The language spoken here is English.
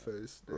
face